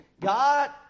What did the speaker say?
God